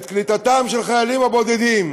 קליטתם של החיילים הבודדים,